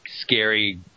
scary